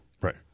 Right